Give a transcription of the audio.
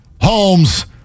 Holmes